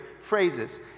phrases